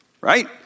right